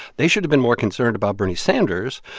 they should've been more concerned about bernie sanders.